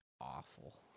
awful